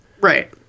right